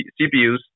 CPUs